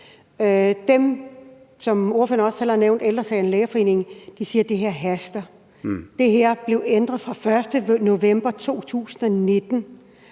Dem, som ordføreren også selv har nævnt, Ældre Sagen og Lægeforeningen, siger, at det her haster. Det her blev ændret fra den 1. november 2019,